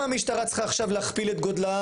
גם אם נביא את כל הכוחות האדירים,